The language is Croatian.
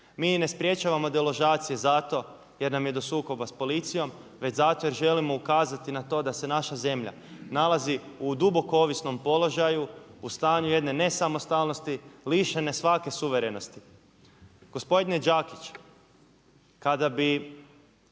i ne sprječavamo deložacije zato jer nam je do sukoba s policijom, već zato jer želimo ukazati na to da se naša zemlja nalazi u duboko ovisnom položaju u stanju jedne nesamostalnosti, lišene svake suverenosti. Gospodine Đakić, kada bi